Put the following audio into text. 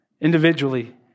Individually